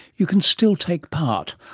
you can still take part,